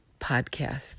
Podcast